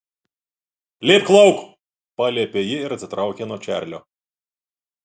lipk lauk paliepė ji ir atsitraukė nuo čarlio